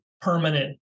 permanent